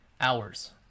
hours